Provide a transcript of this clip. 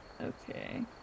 Okay